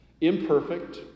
Imperfect